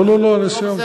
לא, לא, אני סיימתי.